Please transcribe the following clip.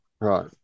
right